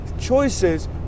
choices